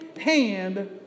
hand